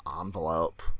envelope